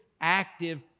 active